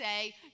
say